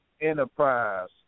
Enterprise